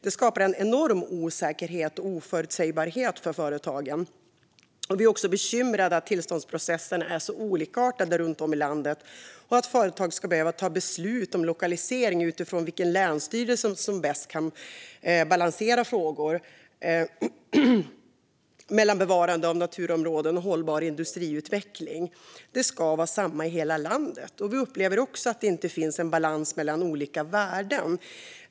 Det skapar en enorm osäkerhet och oförutsägbarhet för företagen. Vi är också bekymrade över att tillståndsprocesserna är så olikartade runt om i landet och att företag ska behöva ta beslut om lokalisering utifrån vilken länsstyrelse som bäst kan balansera frågor om bevarande av naturområden och hållbar industriutveckling. Det ska vara på samma sätt i hela landet. Vi upplever också att det inte finns en balans mellan olika värden.